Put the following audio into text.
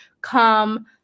come